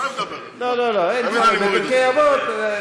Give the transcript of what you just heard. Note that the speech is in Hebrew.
לא לא, אין צורך בפרקי אבות.